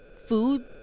Food